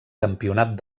campionat